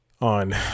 on